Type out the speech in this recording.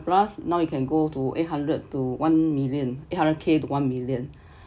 plus now you can go to eight hundred to one million eight hundred K to one million